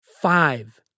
five